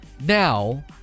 Now